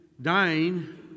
Dying